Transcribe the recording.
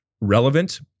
relevant